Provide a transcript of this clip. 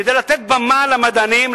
כדי לתת בימה למדענים,